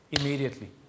immediately